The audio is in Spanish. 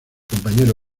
compañero